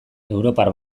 europar